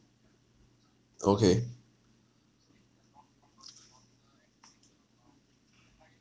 okay